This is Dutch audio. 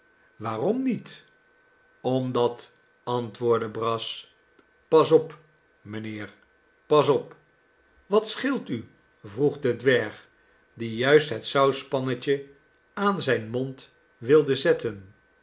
waarom niet omdat antwoordde brass pas op mijnheer pas op wat scheelt u vroeg de dwerg die juist het sauspannetje aan zijn mond wilde zetten